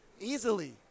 Easily